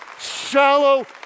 shallow